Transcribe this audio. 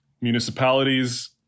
municipalities